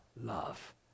love